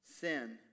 sin